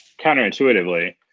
counterintuitively